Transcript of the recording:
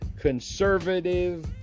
conservative